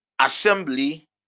assembly